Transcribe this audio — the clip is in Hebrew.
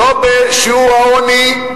לא בשיעור העוני,